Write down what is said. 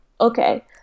okay